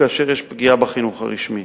כאשר יש פגיעה בחינוך הרשמי.